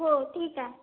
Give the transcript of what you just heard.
हो ठीक आहे